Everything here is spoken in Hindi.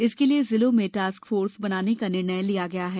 इसके लिए जिलों में टास्क फोर्स बनाने का निर्णय लिया गया है